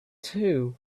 too